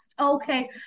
Okay